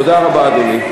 תודה רבה, אדוני.